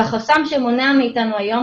והחסם שמונע שאיתנו היום,